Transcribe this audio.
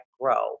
grow